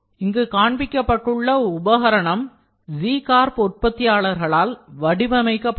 இங்கு காண்பிக்கப்பட்டுள்ள உபகரணம் Z Corp உற்பத்தியாளர்களால் வடிவமைக்கப்பட்டது